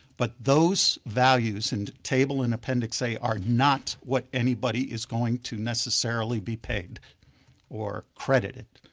but those values and table in appendix a are not what anybody is going to necessarily be paid or credited.